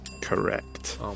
Correct